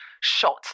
shot